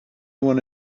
want